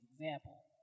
example